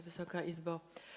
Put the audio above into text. Wysoka Izbo!